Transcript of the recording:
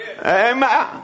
Amen